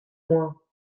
moi